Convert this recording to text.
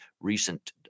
recent